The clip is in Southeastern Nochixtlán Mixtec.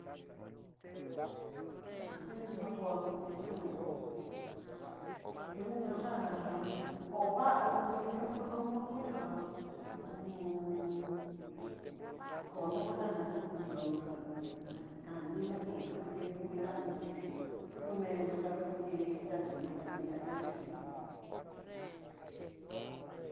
Naku kuini nró já konró tiñunó kuninró já na kovandó kudi nriukúnro modo já uju kondó cuenta ná hu ju nakani nakenkú tiempo vidá nró chí ñomendó kanraku dí'i yaxhi niná nriayuxí né'e.